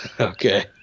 Okay